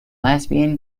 lesbian